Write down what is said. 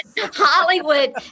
Hollywood